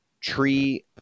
Tree